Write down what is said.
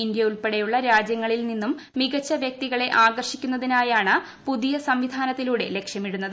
ഇന്ത്യയുൾപ്പെടെയുള്ള രാജ്യങ്ങളിൽ നിന്നും മികച്ച വ്യക്തികളെ ആകർഷിക്കുന്നതിനായാണ് പുതിയ സംവിധാനത്തിലൂടെ ലക്ഷ്യമിടുന്നത്